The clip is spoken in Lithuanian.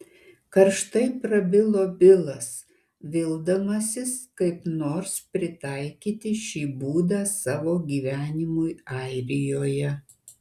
karštai prabilo bilas vildamasis kaip nors pritaikyti šį būdą savo gyvenimui airijoje